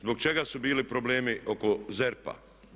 Zbog čega su bili problemi oko ZERP-a?